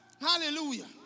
hallelujah